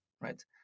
right